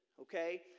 okay